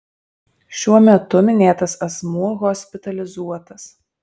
šiuo metu minėtas asmuo hospitalizuotas